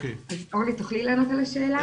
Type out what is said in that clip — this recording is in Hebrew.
אורלי, תוכלי לענות על השאלה?